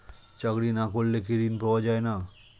চাকরি না করলে কি ঋণ পাওয়া যায় না?